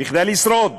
כדי לשרוד.